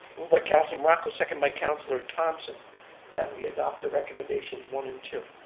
by councilor morocco, second by councilor thompson that we adopt the recommendations one and two.